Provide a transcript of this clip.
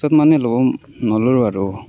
তাৰপিছত মানে লম নল'লো আৰু